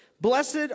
Blessed